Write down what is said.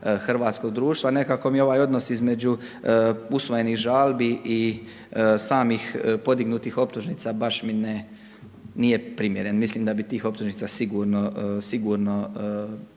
hrvatskog društva, nekako mi ovaj odnos između usvojenih žalbi i samih podignutih optužnica baš mi nije primjeren. Mislim da bi tih optužnica sigurno